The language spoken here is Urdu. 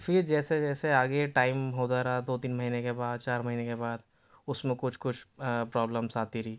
پھر جیسے جیسے آگے ٹائم ہوتا رہا دو تین مہینے کے بعد چار مہینے کے بعد اس میں کچھ کچھ پرابلمس آتی رہی